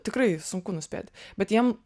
tikrai sunku nuspėt bet jiem